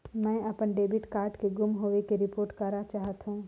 मैं अपन debit card के गुम होवे के रिपोर्ट करा चाहत हों